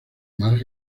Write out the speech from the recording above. más